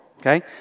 okay